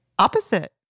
opposite